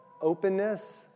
openness